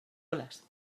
olas